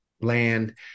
land